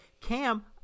Cam